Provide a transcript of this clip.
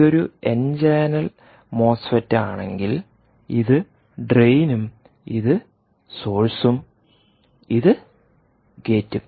ഇത് ഒരു n channel MOSFET ആണെങ്കിൽ ഇത് ഡ്രെയിനും ഇത് സോഴ്സും ഇത് ഗേറ്റും